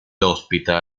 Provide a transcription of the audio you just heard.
ospita